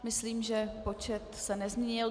Myslím, že počet se nezměnil.